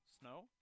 snow